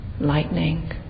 lightning